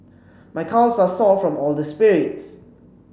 my calves are sore from all the spirits